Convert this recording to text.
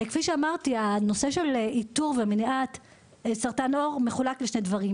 כפי שאמרתי הנושא של האיתור ומניעת סרטן העור מחולק לשני דברים,